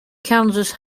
kansas